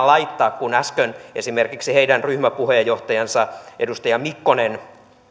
laittaa kun äsken esimerkiksi heidän ryhmäpuheenjohtajansa edustaja mikkonen